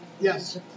Yes